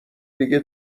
دیگه